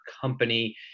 company